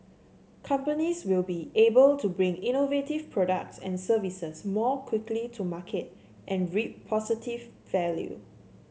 companies will be able to bring innovative products and services more quickly to market and reap positive value